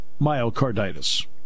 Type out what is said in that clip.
myocarditis